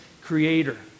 creator